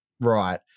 right